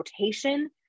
rotation